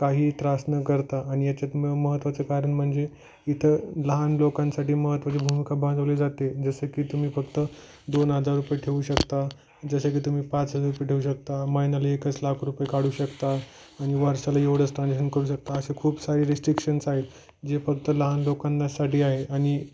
काही त्रास न करता आणि याच्यात म महत्त्वाचं कारण म्हणजे इथं लहान लोकांसाठी महत्त्वाची भूमिका बांधवली जाते जसं की तुम्ही फक्त दोन हजार रुपये ठेऊ शकता जसे की तुम्ही पाच हजार रुपये ठेऊ शकता माहिन्याला एकच लाख रुपये काढू शकता आणि वर्षाला एवढंच ट्रान्जेक्शन करू शकता असे खूप सारे रिस्ट्रिक्शन्स आहेत जे फक्त लहान लोकांनासाठी आहे आणि